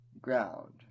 ground